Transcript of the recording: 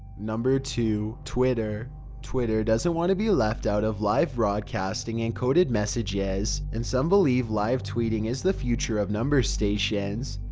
two. twitter twitter doesn't want to be left out of live broadcasting encoded messages. and some believe live tweeting is the future of numbers stations.